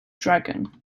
dragon